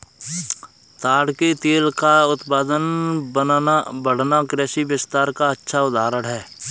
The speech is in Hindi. ताड़ के तेल का उत्पादन बढ़ना कृषि विस्तार का अच्छा उदाहरण है